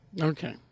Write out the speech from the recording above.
Okay